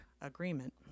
agreement